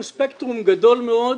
ספקטרום גדול מאוד